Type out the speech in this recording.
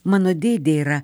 mano dėdė yra